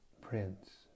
prince